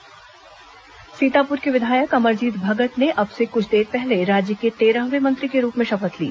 मंत्री शपथ सीतापुर के विधायक अमरजीत भगत ने अब से कुछ देर पहले राज्य के तेरहवें मंत्री के रूप में शपथ ली